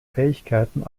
fähigkeiten